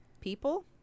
people